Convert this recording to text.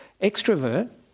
extrovert